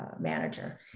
manager